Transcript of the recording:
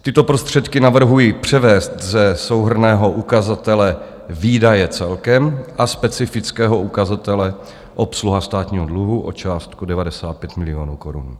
Tyto prostředky navrhuji převést ze souhrnného ukazatele Výdaje celkem a specifického ukazatele Obsluha státního dluhu o částku 95 milionů korun.